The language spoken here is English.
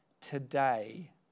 Today